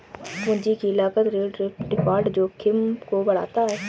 पूंजी की लागत ऋण डिफ़ॉल्ट जोखिम को बढ़ाता है